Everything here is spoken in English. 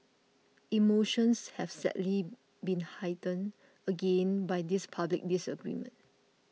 emotions have sadly been heightened again by this public disagreement